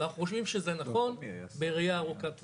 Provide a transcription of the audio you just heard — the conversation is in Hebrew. ואנחנו חושבים שזה נכון בראייה ארוכת טווח.